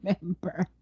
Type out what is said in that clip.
remember